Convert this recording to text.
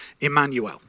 Emmanuel